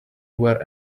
where